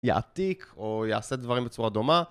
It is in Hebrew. יעתיק, או יעשה דברים בצורה דומה.